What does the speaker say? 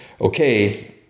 okay